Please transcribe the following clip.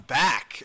back